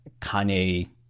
Kanye